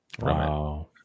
Wow